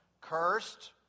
cursed